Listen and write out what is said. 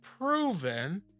proven